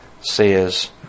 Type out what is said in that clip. says